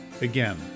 again